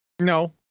No